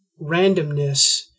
randomness